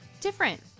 different